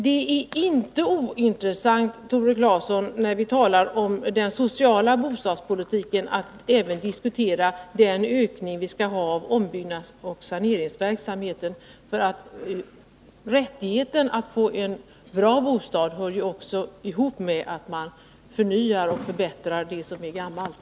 Det är inte ointressant, Tore Claeson, att när vi talar om en social bostadspolitik även diskutera vilken ökning vi skall ha i ombyggnadsoch saneringsverksamheten. Rättigheten att få en bra bostad hör ju också ihop med att man förnyar och förbättrar det som är gammalt.